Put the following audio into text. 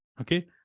okay